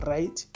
Right